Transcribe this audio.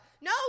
No